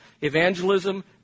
Evangelism